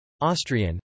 Austrian